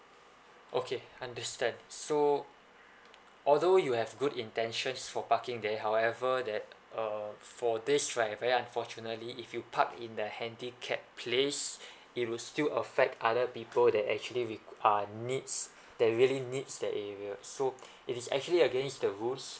okay understand so although you have good intentions for parking there however that uh for this right very unfortunately if you park in the handicap place it will still affect other people that actually with are needs that really needs that area so it is actually against the rules